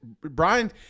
Brian